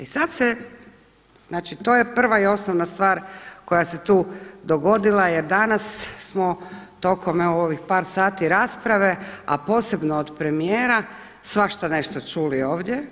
I sada se, znači to je prva i osnovna stvar koja se tu dogodila jer danas smo tokom ovih par sati rasprave, a posebno od premijera svašta nešto čuli ovdje.